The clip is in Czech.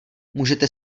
můžete